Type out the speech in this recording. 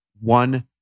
One